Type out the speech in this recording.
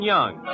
Young